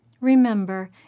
Remember